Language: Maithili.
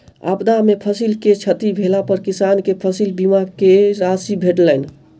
आपदा में फसिल के क्षति भेला पर किसान के फसिल बीमा के राशि भेटलैन